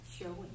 Showing